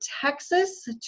Texas